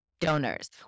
donors